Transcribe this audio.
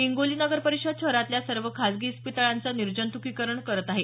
हिंगोली नगरपरिषद शहरातल्या सर्व खाजगी इस्पितळांचं निर्जंतुकीकरण करत आहे